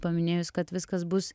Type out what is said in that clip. paminėjus kad viskas bus